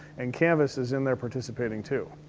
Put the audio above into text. and canvas is in there participating too.